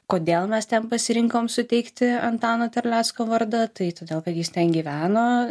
kodėl mes ten pasirinkom suteikti antano terlecko vardą tai todėl kad jis ten gyveno